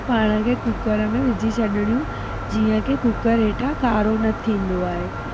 पाण खे कुकर में विझी छॾिणियूं जीअं की कुकर हेठां कारो न थींदो आहे